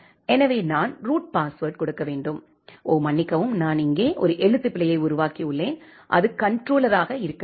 எனவே நான் root password கொடுக்க வேண்டும் ஓ மன்னிக்கவும் நான் இங்கே ஒரு எழுத்துப்பிழையை உருவாக்கியுள்ளேன் அது கண்ட்ரோலராக இருக்க வேண்டும்